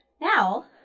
Now